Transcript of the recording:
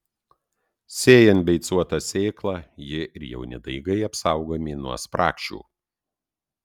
sėjant beicuotą sėklą ji ir jauni daigai apsaugomi nuo spragšių